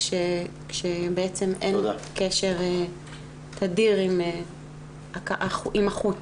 כשבעצם אין קשר תדיר עם החוץ.